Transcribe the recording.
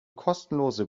kostenlose